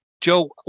Joe